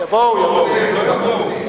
יבואו, יבואו.